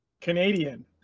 Canadian